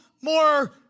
more